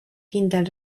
kindel